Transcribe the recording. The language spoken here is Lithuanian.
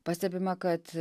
pastebima kad